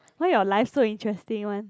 why your life so interesting one